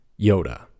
Yoda